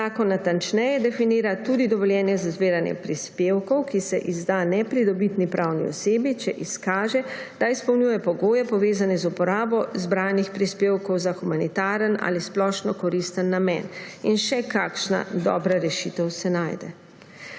Zakon natančneje definira tudi dovoljenje za zbiranje prispevkov, ki se izda nepridobitni pravni osebi, če izkaže, da izpolnjuje pogoje, povezane z uporabo zbranih prispevkov za humanitaren ali splošno koristen namen. In še kakšna dobra rešite se najde.